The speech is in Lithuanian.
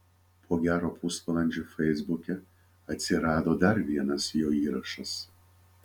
po gero pusvalandžio feisbuke atsirado dar vienas jo įrašas